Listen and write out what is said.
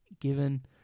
given